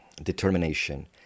determination